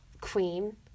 queen